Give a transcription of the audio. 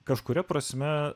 kažkuria prasme